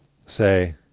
say